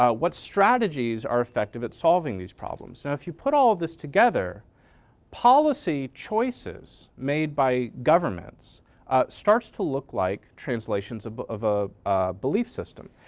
ah what strategies are effective at solving these problems. now if you put all this together policy choices made by governments starts to look like translation of a belief system.